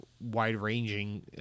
wide-ranging